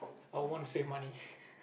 I would want to save money